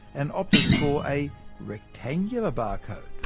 and opted for a rectangular barcode.